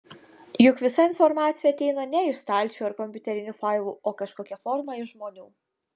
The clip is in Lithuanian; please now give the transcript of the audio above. juk visa informacija ateina ne iš stalčių ar kompiuterinių failų o kažkokia forma iš žmonių